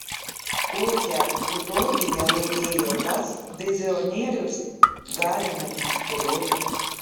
kokią utopiją regėjo tas vizionierius galima tik spėlioti